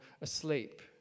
asleep